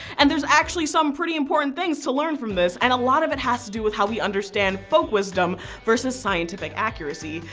and there's actually some pretty important things to learn from this and a lot of it has to do with how we understand folk wisdom vs. scientific accuracy.